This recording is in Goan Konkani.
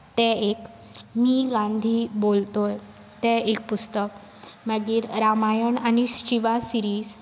तें एक मी गांधी बोलतोय तें एक पुस्तक मागीर रामायण आनी शिवा सिरीज